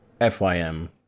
F-Y-M